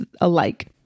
alike